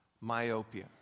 myopia